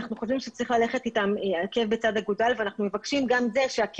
אנחנו חושבים שצריך ללכת אתן עקב בצד אגודל ואנחנו מבקשים שהקרן